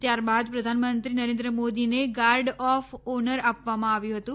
ત્યારબાદ પ્રધાનમંત્રી નરેન્દ્ર મોદીને ગાર્ડ ઓફ ઓનર આપવામાં આવ્યું હતું